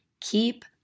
keep